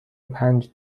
پنج